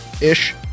ish